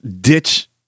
ditch